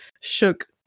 shook